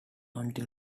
until